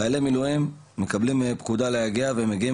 חיילי מילואים מקבלים פקודה להגיע והם מגיעים